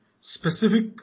specific